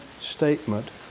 statement